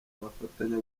bafatanya